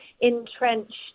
entrenched